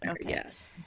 Yes